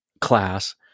class